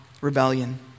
rebellion